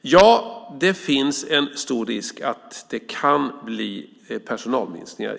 Ja, det finns en stor risk för personalminskningar.